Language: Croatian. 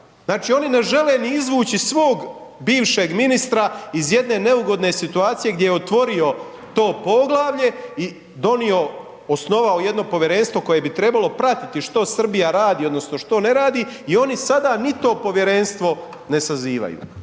Znači, oni ne žele ni izvući svog bivšeg ministra iz jedne neugodne situacije gdje je otvorio to poglavlje i osnovao jedno povjerenstvo koje bi trebalo pratiti što Srbija radi odnosno što ne radi i oni sada ni to povjerenstvo ne sazivaju.